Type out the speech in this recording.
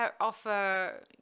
offer